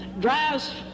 drives